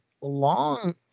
long